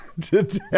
today